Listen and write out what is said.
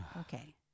Okay